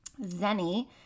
Zenny